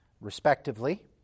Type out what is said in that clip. respectively